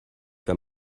wenn